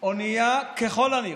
אונייה, ככל הנראה,